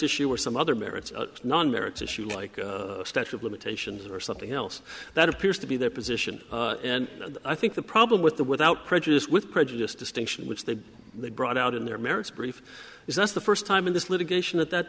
issue or some other merits none merits issue like statue of limitations or something else that appears to be their position and i think the problem with the without prejudice with prejudice distinction which they brought out in their merits brief is that's the first time in this litigation that that